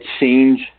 change